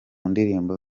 ndirimbo